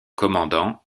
commandant